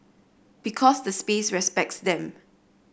because the space respects them